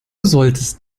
solltest